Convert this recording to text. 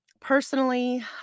Personally